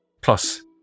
Plus